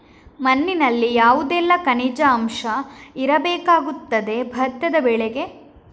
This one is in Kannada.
ಮಣ್ಣಿನಲ್ಲಿ ಯಾವುದೆಲ್ಲ ಖನಿಜ ಅಂಶ ಇರಬೇಕಾಗುತ್ತದೆ ಭತ್ತದ ಬೆಳೆಗೆ?